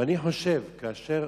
אני חושב שכאשר